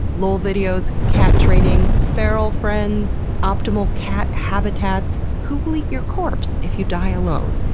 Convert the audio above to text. lol videos, cat training, feral friends, optimal cat habitats, who will eat your corpse if you die alone,